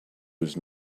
was